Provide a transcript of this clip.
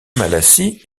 malassis